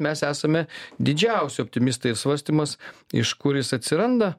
mes esame didžiausi optimistai ir svarstymas iš kur jis atsiranda